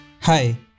Hi